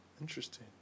Interesting